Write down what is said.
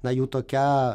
na jų tokia